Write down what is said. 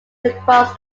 across